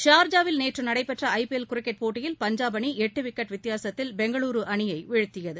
ஷார்ஜாவில் நேற்றுநடபெற்ற IPL cricket போட்டியில் பஞ்சாப் அணிஎட்டுவிக்கெட் வித்தியாசத்தில் பெங்களுர் அணியைவீழ்த்தியது